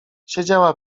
siedziała